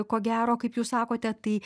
ko gero kaip jūs sakote tai